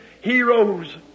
heroes